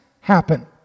happen